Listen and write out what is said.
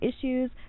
issues